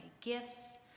gifts